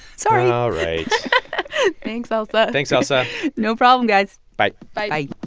sorry all right thanks, ailsa thanks, ailsa no problem, guys bye bye bye